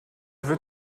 voeux